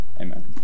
amen